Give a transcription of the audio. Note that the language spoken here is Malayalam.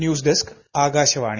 news desk Akashvani